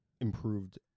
improved